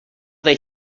they